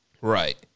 Right